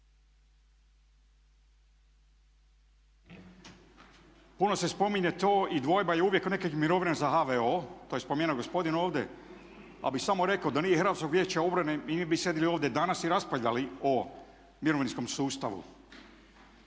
puno se spominje to i dvojba je uvijek oko nekih mirovina za HVO. To je spomenuo gospodin ovdje, pa bi samo rekao da nije Hrvatskog vijeća obrane i mi bi sjedili ovdje danas i raspravljali o mirovinskom sustavu.